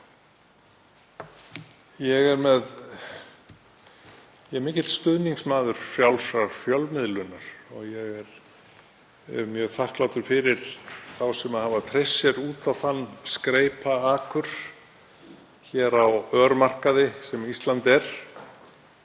Ég er mikill stuðningsmaður frjálsrar fjölmiðlunar. Ég er mjög þakklátur fyrir þá sem hafa treyst sér út á þann skreipa akur á þeim örmarkaði sem Ísland er.